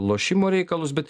lošimo reikalus bet